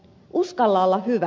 uskalla olla hyvä